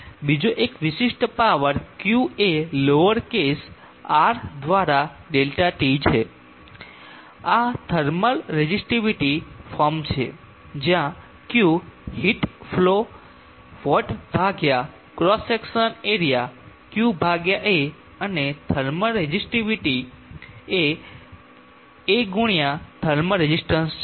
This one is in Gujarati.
બીજો એક વિશિષ્ટ પાવર Q એ લોઅર કેસ R દ્વારા Δt છે અને આ થર્મલ રેઝિસ્ટિવિટી ફોર્મ છે જ્યાં q હીટ ફ્લો વોટ ભાગ્યા cross section area q a અને થર્મલ રેઝિટિવિટી એ A ગુણ્યા થર્મલ રેઝિસ્ટન્સ છે